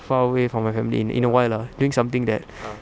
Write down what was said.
far away from my family in in awhile lah doing something that